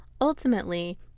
Ultimately